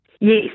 Yes